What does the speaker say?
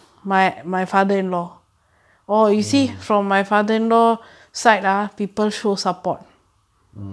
mm